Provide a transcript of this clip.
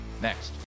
next